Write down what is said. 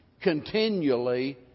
continually